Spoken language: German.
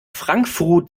frankfrut